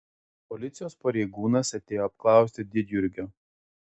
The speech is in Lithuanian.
policijos pareigūnas atėjo apklausti didjurgio